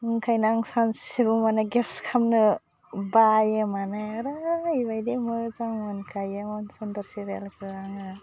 ओंखायनो आं सानसेबो माने गेभ्स खामनो बायो माने ओरैबायदि मोजां मोनखायो मनसुन्दर सिरियालखो आङो